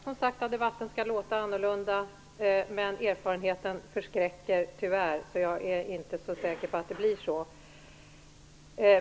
Herr talman! Jag hoppas som sagt att debatten skall låta annorlunda om några år, men erfarenheten förskräcker tyvärr.